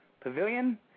pavilion